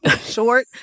short